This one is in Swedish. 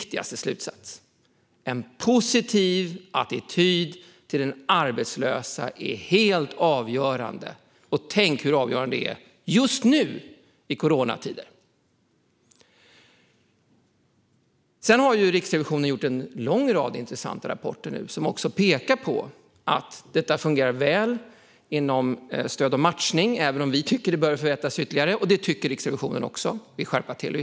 Slutsatsen är alltså att en positiv attityd till den arbetslöse är helt avgörande, inte minst just nu i coronatider. Riksrevisionen har kommit med en lång rad intressanta rapporter som pekar på att det fungerar väl inom stöd och matchning även om vi tycker att det bör förbättras ytterligare, och det tycker Riksrevisionen också.